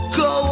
go